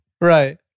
right